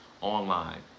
online